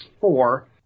four